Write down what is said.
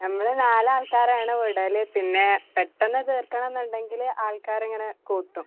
നമ്മൾ നാലാൾക്കാരാണ് വിടൽ പിന്നെ പെട്ടെന്ന് തീർക്കണം എന്നുണ്ടെങ്കിൽ ആൾക്കാരിങ്ങനെ കൂട്ടും